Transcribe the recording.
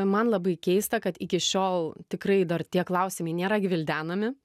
man labai keista kad iki šiol tikrai dar tie klausimai nėra gvildenami